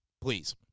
please